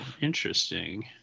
interesting